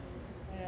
!aiya! but